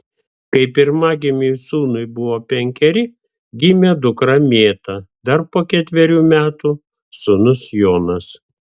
kai pirmagimiui sūnui buvo penkeri gimė dukra mėta dar po ketverių metų sūnus jonas